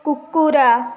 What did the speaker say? କୁକୁର